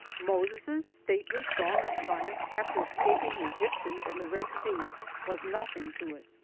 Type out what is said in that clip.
moses' stately song of triumph after escaping the egyptians and the red sea was nothing to it.